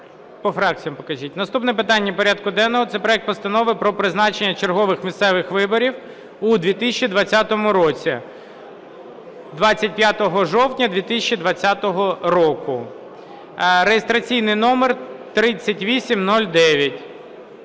Наступне питання порядку денного - це проект Постанови про призначення чергових місцевих виборів у 2020 році (25 жовтня 2020 року) (реєстраційний номер 3809).